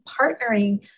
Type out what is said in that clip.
partnering